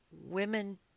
women